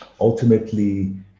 ultimately